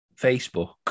Facebook